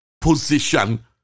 position